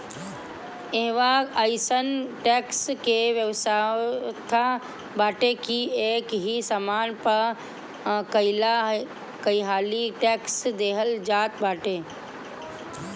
इहवा अइसन टेक्स के व्यवस्था बाटे की एकही सामान पअ कईहाली टेक्स देहल जात बाटे